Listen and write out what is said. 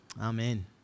Amen